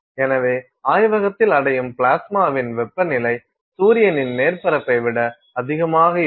எனவே ஆய்வகத்தில் அடையும் பிளாஸ்மாவின் வெப்பநிலை சூரியனின் மேற்பரப்பை விட அதிகமாக இருக்கும்